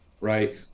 right